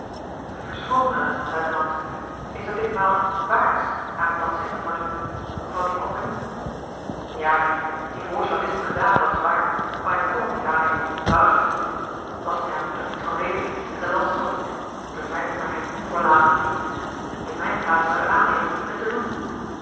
luitenant is er ditmaal iets waars aan dat zeggen van u van die compagnie ja mich die voorslag is me gedaan dat is waar maar ik kon t niet aannemen waarachtig niet bastiaan moet er niets van weten en de lantzen ook niet want er zijn onder hen onverlaten die die in mijne plaats zouden aannemen het te doen